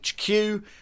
HQ